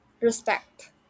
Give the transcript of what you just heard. respect